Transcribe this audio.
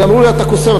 ואמרו לי: אתה קוסם,